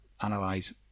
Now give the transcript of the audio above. analyze